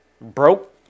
broke